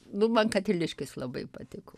nu man katiliškis labai patiko